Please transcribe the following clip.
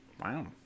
Wow